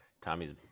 Tommy's